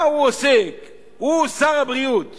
מה עושה שר הבריאות